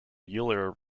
euler